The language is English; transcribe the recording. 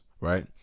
right